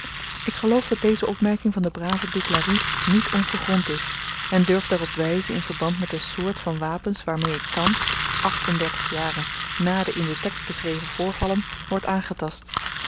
ik geloof dat deze opmerking van den braven duclari niet ongegrond is en durf daarop wyzen in verband met de soort van wapens waarmee ik thans acht-en-dertig jaren na de in den tekst beschreven voorvallen word aangetast